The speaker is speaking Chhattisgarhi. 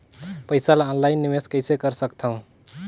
पईसा ल ऑनलाइन निवेश कइसे कर सकथव?